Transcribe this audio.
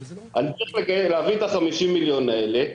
אני צריך להביא את ה-50 מיליון האלה,